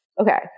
Okay